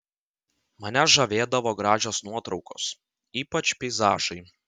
mane žavėdavo gražios nuotraukos ypač peizažai